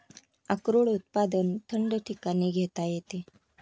अक्रोड उत्पादन थंड ठिकाणी घेता येते